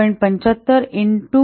75 into 2